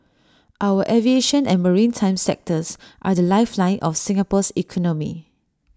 our aviation and maritime sectors are the lifeline of Singapore's economy